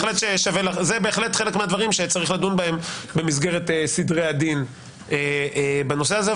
זה בהחלט חלק מהדברים שצריך לדון בהם במסגרת סדרי הדין בנושא הזה,